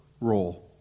role